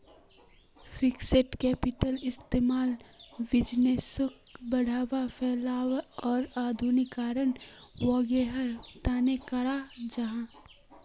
fixed कैपिटलेर इस्तेमाल बिज़नेसोक बढ़ावा, फैलावार आर आधुनिकीकरण वागैरहर तने कराल जाहा